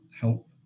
help